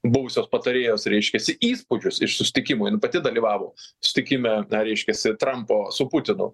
buvusios patarėjos reiškiasi įspūdžius iš susitikimų jinai pati dalyvavo susitikime na reiškiasi trampo su putinu